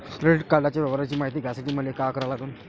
Credit कार्डाच्या व्यवहाराची मायती घ्यासाठी मले का करा लागन?